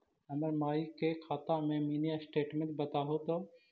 हमर माई के खाता के मीनी स्टेटमेंट बतहु तो?